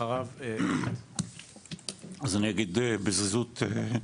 אז אני אגיד בזריזות.